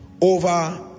over